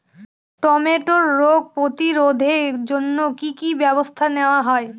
টমেটোর রোগ প্রতিরোধে জন্য কি কী ব্যবস্থা নেওয়া হয়?